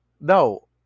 no